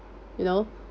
you know